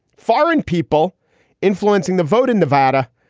foreign people influencing the vote in nevada.